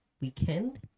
weekend